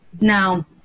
Now